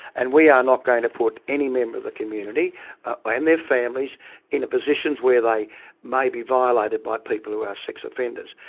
and we are not going to put any member of the community and their families into positions where they may be violated by people who are sex offenders.